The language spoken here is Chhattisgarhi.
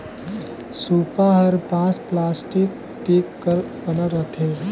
सूपा हर बांस, पलास्टिक, टीग कर बनल रहथे